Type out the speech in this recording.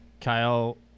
Kyle